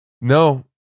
no